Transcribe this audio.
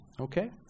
Okay